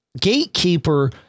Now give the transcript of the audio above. Gatekeeper